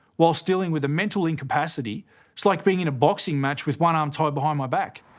whilst dealing with a mental incapacity. it's like being in a boxing match with one arm tied behind my back.